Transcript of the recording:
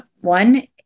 One